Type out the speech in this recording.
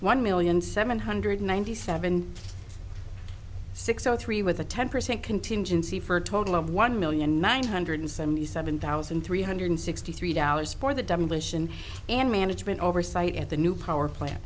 one million seven hundred ninety seven six zero three with a ten percent contingency for a total of one million nine hundred seventy seven thousand three hundred sixty three dollars for the demolition and management oversight at the new power plant